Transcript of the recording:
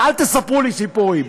ואל תספרו לי סיפורים.